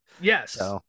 yes